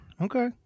Okay